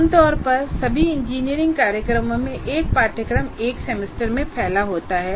आम तौर पर सभी इंजीनियरिंग कार्यक्रमों में एक पाठ्यक्रम एक सेमेस्टर में फैला होता है